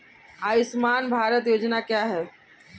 आयुष्मान भारत योजना क्या है?